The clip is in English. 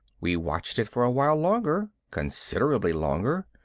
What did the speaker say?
we watched it for a while longer, considerably longer.